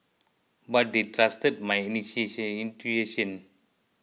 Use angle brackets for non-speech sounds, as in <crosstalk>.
but they trusted my <unintelligible> intuition